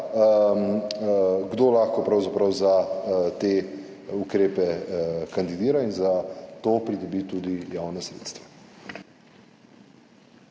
kdo lahko pravzaprav za te ukrepe kandidira in za to pridobi tudi javna sredstva.